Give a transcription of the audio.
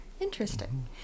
Interesting